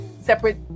separate